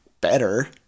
better